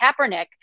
Kaepernick